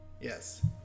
Yes